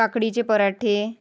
काकडीचे पराठे